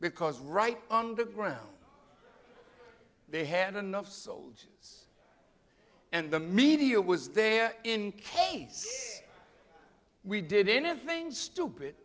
because right on the ground they had enough soldiers and the media was there in case we did anything stupid